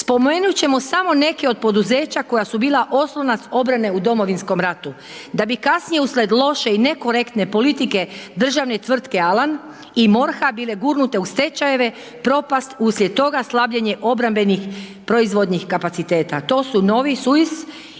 spomenut ćemo samo neke od poduzeća koja su bila oslonac obrane u Domovinskom ratu, da bi kasnije uslijed loše i nekorektne politike državne tvrtke Alan i MORH-a bile gurnute u stečajeve, propast uslijed toga slabljenje obrambenih proizvodnih kapaciteta, to su Novisuis,